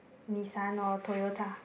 Nissan or Toyota